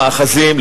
למאחזים,